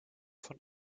von